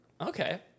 Okay